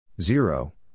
Zero